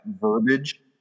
verbiage